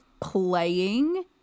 playing